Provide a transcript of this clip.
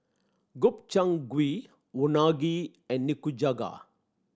Gobchang Gui Unagi and Nikujaga